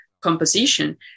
composition